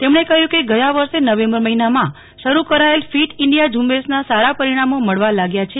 તેમણે ક્હ્યું કે ગયા વર્ષે નવેમ્બરા મહિનામાં શરૂ કરાચેલ ફીટ ઇન્ડિયા ઝુંબેશના સારા પરિણામો મળવા લાગ્યા છે